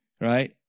Right